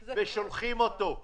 ושולחים אותו.